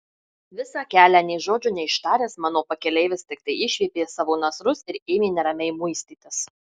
visą kelią nė žodžio neištaręs mano pakeleivis tiktai išviepė savo nasrus ir ėmė neramiai muistytis